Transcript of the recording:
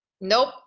Nope